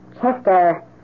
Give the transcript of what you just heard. Chester